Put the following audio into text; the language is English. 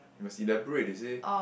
must elaborate they say